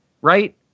right